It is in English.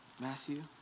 Matthew